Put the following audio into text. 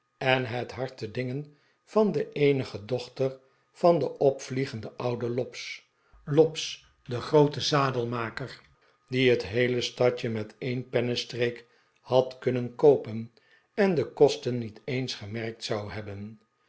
en het hart te dingen van de eenige dochter van den opvliegenden ouden lobbs lobbs den grooten zadelmaker die het heele stadje met een pennestreek had kunnen koopen en de kosten niet eens gemerkt zou hebben